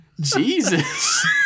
Jesus